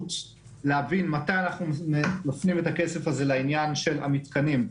גמישות להבין מתי אנחנו מפנים את הכסף לעניין של המתקנים,